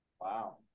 Wow